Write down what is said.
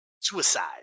Suicide